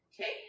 Okay